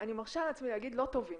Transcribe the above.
אני מרשה לעצמי להגיד לא טובים.